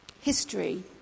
History